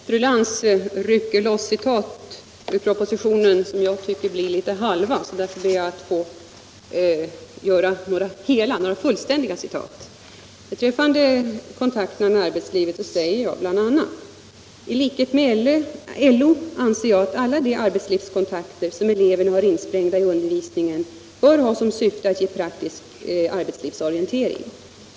Herr talman! Fru Lantz rycker loss citat ur propositionen, som jag tycker är en smula avhuggna, och därför ber jag att få anföra några fullständiga citat. Beträffande kontakten med arbetslivet säger jag bl.a. i propositionen: ”I likhet med LO anser jag att alla de arbetslivskontakter som eleverna har insprängda i undervisningen bör ha som syfte att ge praktisk arbetslivsorientering.